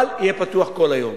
אבל יהיה פתוח כל היום.